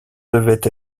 devaient